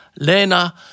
Lena